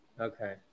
Okay